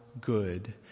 Good